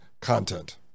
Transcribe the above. content